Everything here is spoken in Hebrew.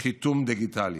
חיתום דיגיטלי.